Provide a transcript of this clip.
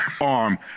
arm